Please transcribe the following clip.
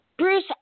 Bruce